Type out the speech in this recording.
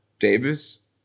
Davis